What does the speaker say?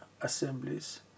assemblies